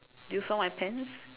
do you saw my pants